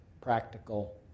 practical